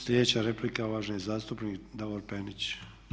Sljedeća replika uvaženi zastupnik Davor Penić.